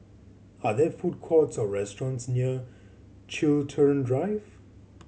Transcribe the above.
are there food courts or restaurants near Chiltern Drive